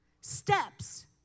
steps